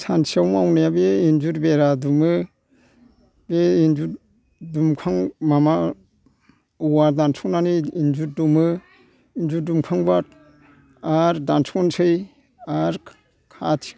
सानसुयाव मावनाया बे इन्जुर बेरा दुमो बे इन्जुर दुमखां माबा औवा दानस'नानै इन्जुर दुमो इन्जुर दुमखांबा आरो दानस'नोसै आरो खाथि